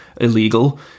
illegal